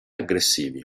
aggressivi